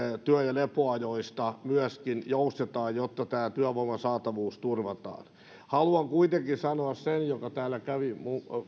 työ ja lepoajoista myöskin joustetaan jotta tämä työvoiman saatavuus turvataan haluan kuitenkin sanoa sen mikä täällä kävi